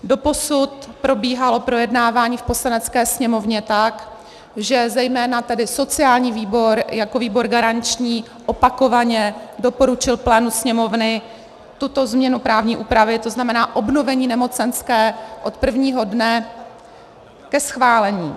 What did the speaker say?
Doposud probíhalo projednávání v Poslanecké sněmovně tak, že zejména sociální výbor jako výbor garanční opakovaně doporučil plénu Sněmovny tuto změnu právní úpravy, to znamená obnovení nemocenské od prvního dne, ke schválení.